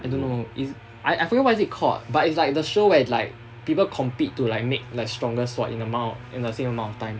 I don't know is I I forgot what is it called but it's like the show where like people compete to like make like strongest sword in amount in the same amount of time